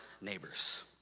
neighbors